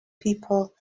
people